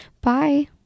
Bye